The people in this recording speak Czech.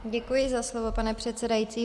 Děkuji za slovo, pane předsedající.